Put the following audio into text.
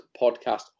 Podcast